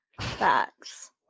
Facts